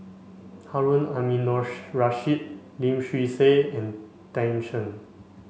Harun Aminurrashid Lim Swee Say and Tan Shen